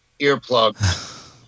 Earplugs